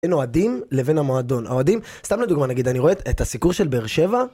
בין אוהדים לבין המועדון, האוהדים, סתם לדוגמה נגיד אני רואה את הסיקור של באר שבע